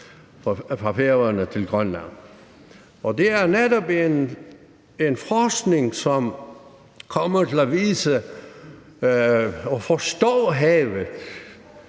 Færøerne og Grønland, og det er netop en forskning, hvor vi kommer til at vise og forstå havet.